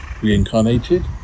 reincarnated